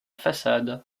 façade